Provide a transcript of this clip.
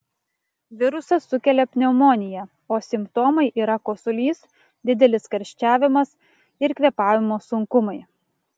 virusas sukelia pneumoniją o simptomai yra kosulys didelis karščiavimas ir kvėpavimo sunkumai